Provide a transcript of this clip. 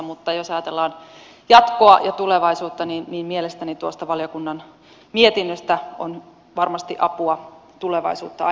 mutta jos ajatellaan jatkoa ja tulevaisuutta niin mielestäni tuosta valiokunnan mietinnöstä on varmasti apua tulevaisuutta ajatellen